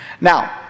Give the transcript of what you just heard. now